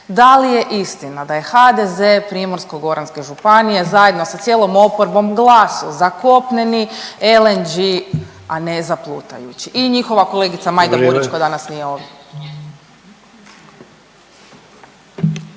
da li je istina da je HDZ Primorsko-goranske županije zajedno sa cijelom oporbom glasao za kopneni LNG, a ne za plutajući i njihova kolegica…/Upadica Sanader: